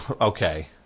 okay